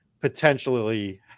potentially